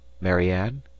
Marianne